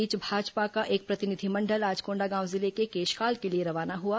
इस बीच भाजपा का एक प्रतिनिधिमंडल आज कोंडागांव जिले के केशकाल के लिए रवाना हुआ